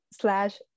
slash